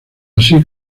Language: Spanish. así